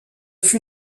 fut